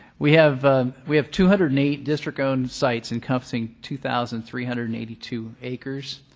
we have we have two hundred and eight district-owned sites encompassing two thousand three hundred and eighty two acres,